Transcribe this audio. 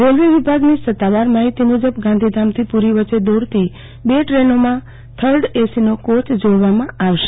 railway વિભાગની સત્તાવાર માહિતી મુજબ ગાંધીધામ થી પુરી વચ્ચે દોડતી બે દ્રેનોમાં થર્ડ એસીનો કોચ જોડવામાં આવશે